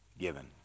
given